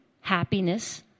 happiness